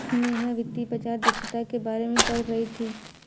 नेहा वित्तीय बाजार दक्षता के बारे में पढ़ रही थी